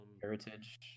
heritage